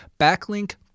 Backlink